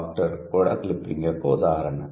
' కూడా క్లిప్పింగ్ యొక్క ఒక ఉదాహరణ